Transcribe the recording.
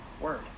word